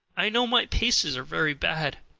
i know my paces are very bad,